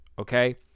Okay